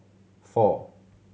four